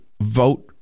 vote